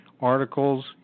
articles